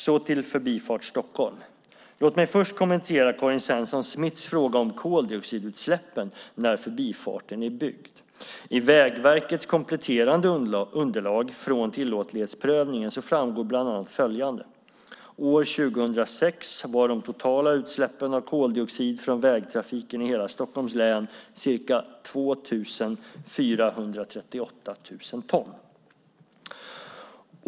Så till Förbifart Stockholm. Låt mig först kommentera Karin Svensson Smiths fråga om koldioxidutsläppen när förbifarten är byggd. I Vägverkets kompletterande underlag från tillåtlighetsprövningen framgår bland annat följande: År 2006 var de totala utsläppen av koldioxid från vägtrafiken i hela Stockholms län ca 2 438 000 ton.